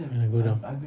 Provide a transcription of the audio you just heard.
when I go down